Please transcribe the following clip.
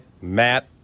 Matt